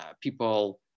people